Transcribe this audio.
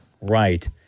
Right